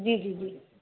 जी जी जी